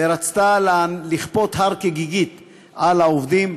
ורצתה לכפות הר כגיגית על העובדים.